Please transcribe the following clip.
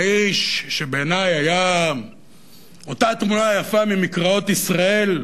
האיש בעיני היה אותה תמונה יפה מ"מקראות ישראל",